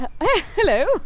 hello